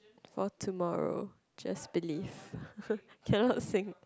for tomorrow just believe cannot sing